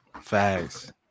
Facts